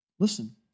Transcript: Listen